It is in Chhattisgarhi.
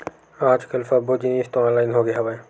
आज कल सब्बो जिनिस तो ऑनलाइन होगे हवय